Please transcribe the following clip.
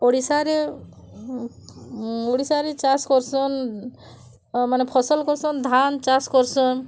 ଓଡ଼ିଶାରେ ଓଡ଼ିଶାରେ ଚାଷ୍ କର୍ସନ୍ ମାନେ ଫସଲ୍ କର୍ସନ୍ ଧାନ୍ ଚାଷ୍ କର୍ସନ୍